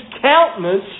countenance